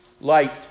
light